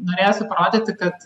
norėjosi parodyti kad